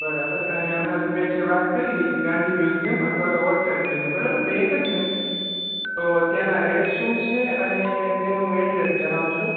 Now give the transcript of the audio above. બરાબર અને હમણાં તમે જે વાત કરી ગાંધી મ્યુઝિયમ અથવા તો વોટ્સેમ મ્યુઝિયમ બરાબર બે એકજને તો ત્યાંનાં રેટ શું છે અને તેનું એડ્રેસ જણાવશો